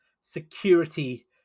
security